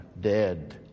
dead